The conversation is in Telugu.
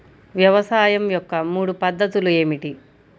వ్యవసాయం యొక్క మూడు పద్ధతులు ఏమిటి?